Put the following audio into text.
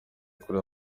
kuri